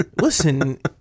Listen